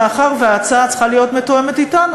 מאחר שההצעה צריכה להיות מתואמת אתנו,